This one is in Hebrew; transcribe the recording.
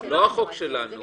--- זה לא החוק שלנו,